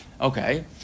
Okay